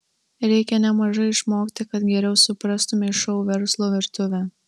reikia nemažai išmokti kad geriau suprastumei šou verslo virtuvę